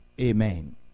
Amen